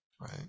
right